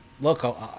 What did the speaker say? look